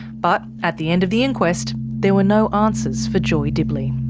but at the end of the inquest, there were no answers for joy dibley.